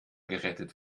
gerettet